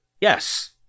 Yes